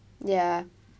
ya